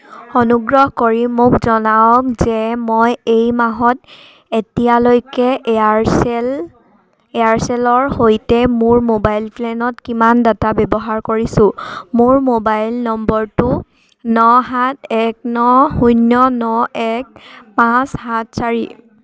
অনুগ্ৰহ কৰি মোক জনাওক যে মই এই মাহত এতিয়ালৈকে এয়াৰচেল এয়াৰচেলৰ সৈতে মোৰ মোবাইল প্লেনত কিমান ডাটা ব্যৱহাৰ কৰিছোঁ মোৰ মোবাইল নম্বৰটো ন সাত এক ন শূন্য ন এক পাঁচ সাত চাৰি